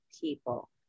people